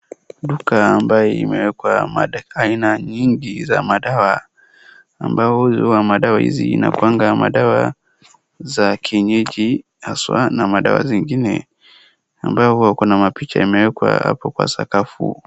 Dukl ambaye imewekwa aina nyingi za madawa ambaye huuzwa madawa hizi. Inakuanga madawa za kienyeji haswa na madawa zingine ambayo huwa kuna mapicha imewekwa hapo kwa sakafu.